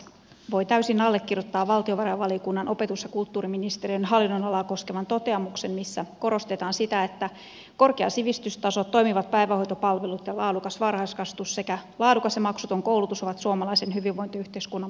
voin täysin allekirjoittaa valtiovarainvaliokunnan opetus ja kulttuuriministeriön hallinnonalaa koskevan toteamuksen missä korostetaan sitä että korkea sivistystaso toimivat päivähoitopalvelut ja laadukas varhaiskasvatus sekä laadukas ja maksuton koulutus ovat suomalaisen hyvinvointiyhteiskunnan perusta